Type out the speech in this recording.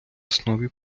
основі